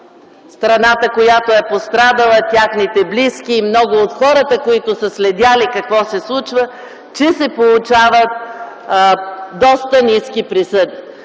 страната, която е пострадала, техните близки, много от хората, които са следели какво се случва, че се получават доста ниски присъди.